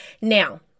now